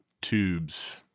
tubes